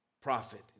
prophet